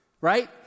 right